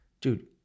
dude